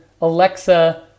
Alexa